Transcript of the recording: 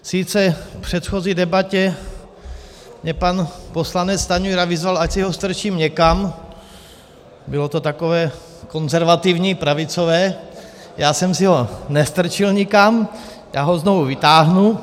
Sice v předchozí debatě mě pan poslanec Stanjura vyzval, ať si ho strčím někam, bylo to takové konzervativní pravicové, já jsem si ho nestrčil nikam, já ho znovu vytáhnu.